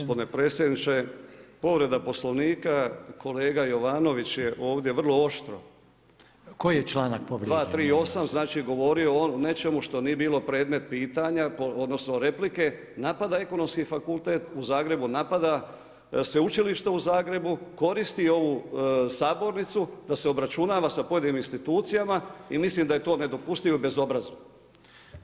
Gospodine potpredsjedniče, povreda Poslovnika, kolega Jovanović je ovdje vrlo oštro [[Upadica Reiner: Koji je članak povrijeđen?]] 238., znači govorio je o nečemu što nije bio predmet pitanja odnosno replike, napada Ekonomski fakultet u Zagrebu, napada Sveučilište u Zagrebu, koristi ovu sabornicu da se obračunava sa pojedinim institucijama i mislim da je to nedopustivo i bezobrazno.